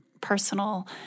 personal